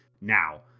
now